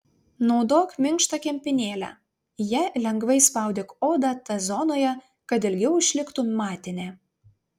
naudok minkštą kempinėlę ja lengvai spaudyk odą t zonoje kad ilgiau išliktų matinė